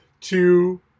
two